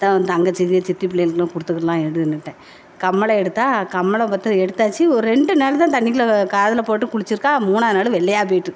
த தங்கச்சிக்கு சித்தி பிள்ளைகளுக்கெல்லாம் கொடுத்துக்குல்லாம் எடுணுன்ட்டேன் கம்மலை எடுத்தால் கம்மலை பார்த்து எடுத்தாச்சு ஒரு ரெண்டு நாள்தான் தண்ணிக்குள்ளே காதில் போட்டு குளிச்சுருக்கா மூணாவது நாள் வெள்ளையாக போய்விட்டு